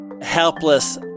helpless